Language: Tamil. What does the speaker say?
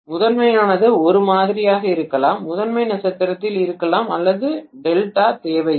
முதன்மையானது ஒரே மாதிரியாக இருக்கலாம் முதன்மை நட்சத்திரத்தில் இருக்கலாம் அல்லது டெல்டா தேவையில்லை